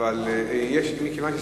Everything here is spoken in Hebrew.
ולשר